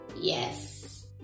Yes